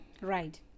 Right